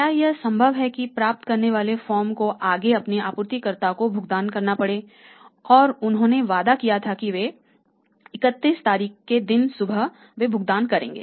क्या यह संभव है कि प्राप्त करने वाले फर्म को आगे अपने आपूर्तिकर्ताओं को भुगतान करना पड़े और उन्होंने वादा किया था कि 31 तारीख को दिन सुबह वे भुगतान करेंगे